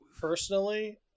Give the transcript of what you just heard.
personally